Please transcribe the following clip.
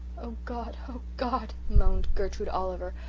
oh god oh god, moaned gertrude oliver,